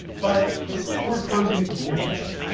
but isn't it more fun to make the man obey?